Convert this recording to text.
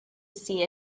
see